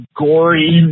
gory